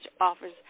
offers